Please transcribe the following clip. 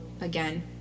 again